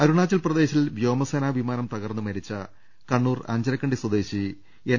അരുണാചൽ പ്രദേശിൽ വ്യോമസേനാ വിമാനം തകർന്ന് മരിച്ച കണ്ണൂർ അഞ്ചരക്കണ്ടി സ്വദേശി എൻ